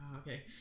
Okay